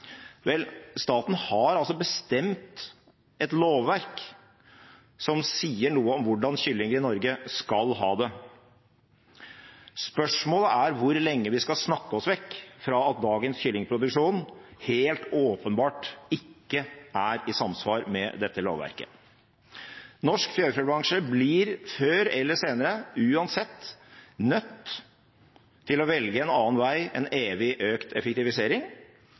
Vel, staten har altså et lovverk som sier noe om hvordan kylling i Norge skal ha det. Spørsmålet er hvor lenge vi skal snakke oss vekk fra at dagens kyllingproduksjon helt åpenbart ikke er i samsvar med dette lovverket. Norsk fjørfebransje blir før eller senere uansett nødt til å velge en annen vei enn evig økt effektivisering.